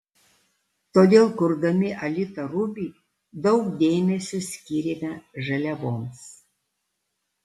todėl kurdami alita ruby daug dėmesio skyrėme žaliavoms